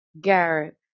Garrett